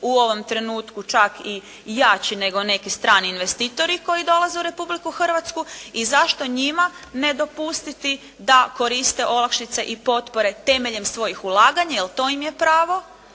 u ovom trenutku čak i jači nego neki strani investitori koji dolaze u Republiku Hrvatsku. I zašto njima ne dopustiti da koriste olakšice i potpore temeljem svojih ulaganja jer to im je pravo,